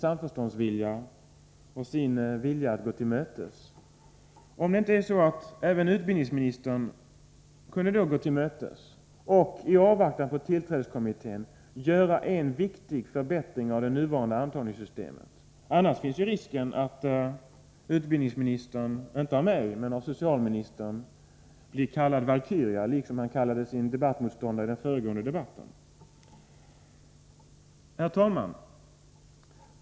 Inte minst med tanke på det vill jag fråga utbildningsministern: Är det inte så att även utbildningsministern kunde gå oss till mötes och i avvaktan på tillträdeskommitténs förslag göra en viktig förbättring av det nuvarande antagningssystemet? Annars finns risken att utbildningsministern, inte av mig utan av socialministern, blir kallad valkyria, såsom han kallade sin debattmotståndare i den föregående debatten. Herr talman!